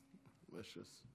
בקריאה שנייה וקריאה שלישית.